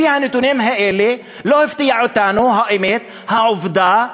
לפי הנתונים האלה לא הפתיעה אותנו האמת, העובדה,